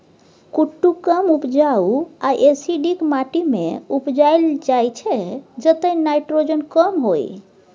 कुट्टू कम उपजाऊ आ एसिडिक माटि मे उपजाएल जाइ छै जतय नाइट्रोजन कम होइ